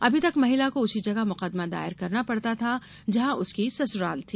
अभी तक महिला को उसी जगह मुकदमा दायर कराना पड़ता था जहां उसकी सुसराल है